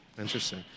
Interesting